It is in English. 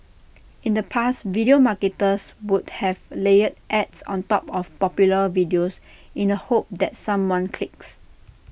in the past video marketers would have layered ads on top of popular videos in the hope that someone clicks